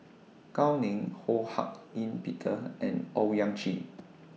Gao Ning Ho Hak Ean Peter and Owyang Chi